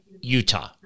Utah